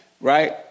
Right